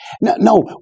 no